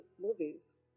movies